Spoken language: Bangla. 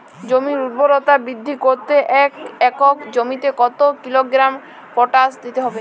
জমির ঊর্বরতা বৃদ্ধি করতে এক একর জমিতে কত কিলোগ্রাম পটাশ দিতে হবে?